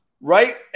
right